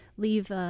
leave